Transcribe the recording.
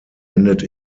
endet